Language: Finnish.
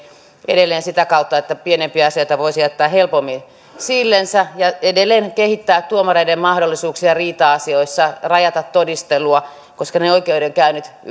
edelleen sitä kautta että pienempiä asioita voisi jättää helpommin sillensä ja edelleen kehittää tuomareiden mahdollisuuksia riita asioissa rajata todistelua koska ne ne oikeudenkäynnit